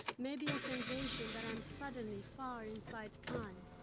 maybe a sensation that i am suddenly far inside time.